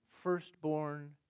Firstborn